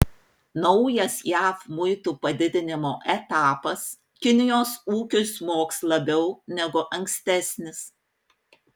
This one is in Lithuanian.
naujas jav muitų padidinimo etapas kinijos ūkiui smogs labiau negu ankstesnis